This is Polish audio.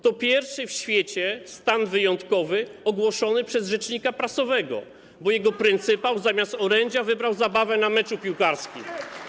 To pierwszy w świecie stan wyjątkowy ogłoszony przez rzecznika prasowego, którego pryncypał zamiast wygłoszenia orędzia wybrał zabawę na meczu piłkarskim.